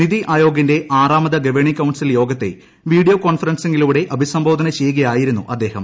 നിതി ആയോഗിന്റെ ആറാമത് പ്രശ്വേണിംഗ് കൌൺസിൽ യോഗത്തെ വീഡിയോ കോൺഫ്റ്റൻസിംഗിലൂടെ അഭിസംബോധന ചെയ്യുകയായിരുന്നു അദ്ദേഹം